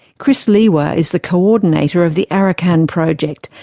chris lewa is the coordinator of the arakan project,